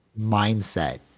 mindset